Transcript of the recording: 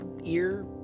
ear